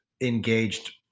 engaged